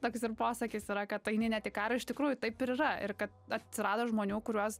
toks ir posakis yra kad tu eini net į karą iš tikrųjų taip ir yra ir kad atsirado žmonių kuriuos